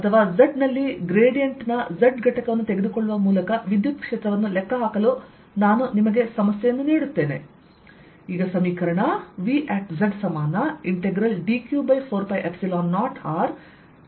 ಅಥವಾ z ನಲ್ಲಿ ಗ್ರೇಡಿಯಂಟ್ನ z ಘಟಕವನ್ನು ತೆಗೆದುಕೊಳ್ಳುವ ಮೂಲಕವಿದ್ಯುತ್ ಕ್ಷೇತ್ರವನ್ನು ಲೆಕ್ಕಹಾಕಲು ನಾನು ನಿಮಗೆ ಸಮಸ್ಯೆಯನ್ನು ನೀಡುತ್ತೇನೆ